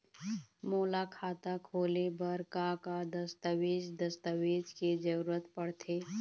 मोला खाता खोले बर का का दस्तावेज दस्तावेज के जरूरत पढ़ते?